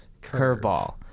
curveball